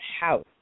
house